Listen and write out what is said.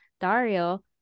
Dario